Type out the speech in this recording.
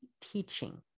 teaching